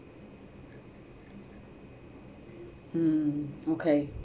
mm okay